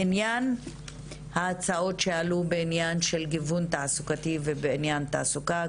בעניין ההצעות שעלו בעניין של גיוון תעסוקתי ובעניין תעסוקה: